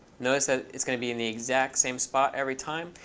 notice that it's going to be in the exact same spot every time.